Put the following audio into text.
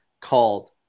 called